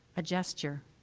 a gesture,